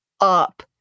up